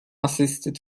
assisted